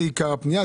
זה עיקר הפנייה.